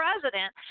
president